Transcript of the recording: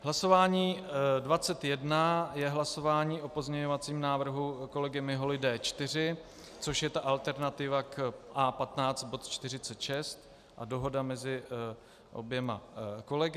Hlasování dvacet jedna je hlasování o pozměňovacím návrhu kolegy Miholy D4, což je alternativa k A15 bod 46 a dohoda mezi oběma kolegy.